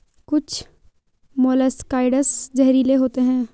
कुछ मोलॉक्साइड्स जहरीले होते हैं